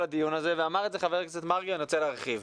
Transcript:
הדיון הזה ואמר את זה ח"כ מרגי ואני רוצה להרחיב.